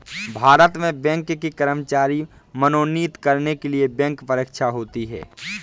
भारत में बैंक के कर्मचारी मनोनीत करने के लिए बैंक परीक्षा होती है